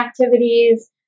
activities